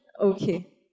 Okay